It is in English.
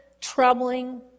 troubling